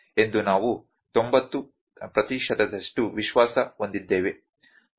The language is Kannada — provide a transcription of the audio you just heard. ಎಂದು ನಾವು 990 ಪ್ರತಿಶತದಷ್ಟು ವಿಶ್ವಾಸ ಹೊಂದಿದ್ದೇವೆ